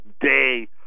day